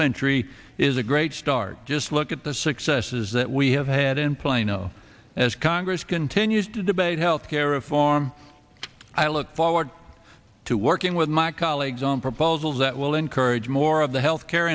century is a great start just look at the successes that we have had in plano as congress continues to debate health care reform i look forward to working with my colleagues on proposals that will encourage more of the health care